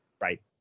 Right